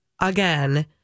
again